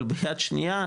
אבל ביד שנייה,